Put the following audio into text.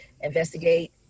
investigate